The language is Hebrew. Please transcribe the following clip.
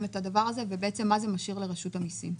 את הדבר הזה ומה זה משאיר לרשות המיסים.